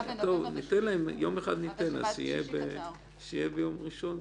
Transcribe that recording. ניתן להם יום אחד, שיהיה ביום ראשון.